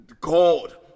God